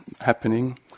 happening